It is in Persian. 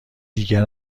دیگر